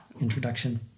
introduction